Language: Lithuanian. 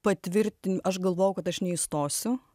patvirtin aš galvojau kad aš neįstosiu